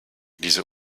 diese